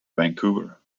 vancouver